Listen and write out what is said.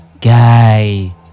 guy